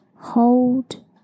Hold